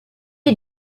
you